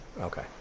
okay